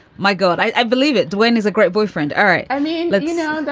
my god, i believe it. dwayne is a great boyfriend. all right. i mean, look, you know, and